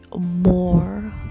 more